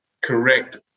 correct